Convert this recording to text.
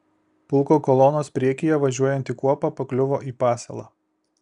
pulko kolonos priekyje važiuojanti kuopa pakliuvo į pasalą